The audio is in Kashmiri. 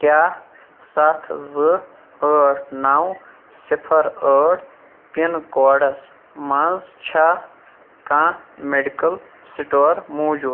کیٛاہ سَتھ زٕ ٲٹھ نو صِفر ٲٹھ پِن کوڈس مَنٛز چھا کانٛہہ میڈِیکل سِٹور موٗجوٗد